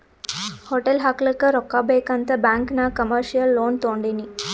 hotel ಹಾಕ್ಲಕ್ ರೊಕ್ಕಾ ಬೇಕ್ ಅಂತ್ ಬ್ಯಾಂಕ್ ನಾಗ್ ಕಮರ್ಶಿಯಲ್ ಲೋನ್ ತೊಂಡಿನಿ